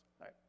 right